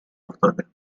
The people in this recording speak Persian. افتاده